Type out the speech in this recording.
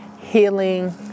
healing